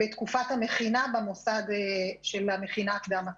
בתקופת המכינה למוסד של המכינה הקדם אקדמית.